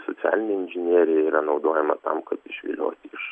socialinė inžinerija yra naudojama tam kad išvilioti iš